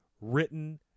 written